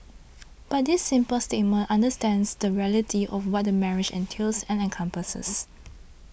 but this simple statement understates the reality of what a marriage entails and encompasses